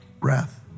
breath